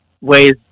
ways